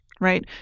right